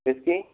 किसकी